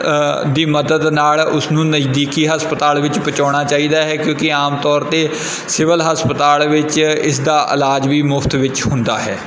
ਦੀ ਮਦਦ ਨਾਲ ਉਸ ਨੂੰ ਨਜ਼ਦੀਕੀ ਹਸਪਤਾਲ ਵਿੱਚ ਪਹੁੰਚਾਉਣਾ ਚਾਹੀਦਾ ਹੈ ਕਿਉਂਕਿ ਆਮ ਤੌਰ 'ਤੇ ਸਿਵਲ ਹਸਪਤਾਲ ਵਿੱਚ ਇਸ ਦਾ ਇਲਾਜ ਵੀ ਮੁਫਤ ਵਿੱਚ ਹੁੰਦਾ ਹੈ